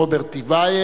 רבותי,